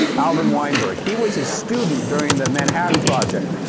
alvin weinberg. he was his student during the manhattan project.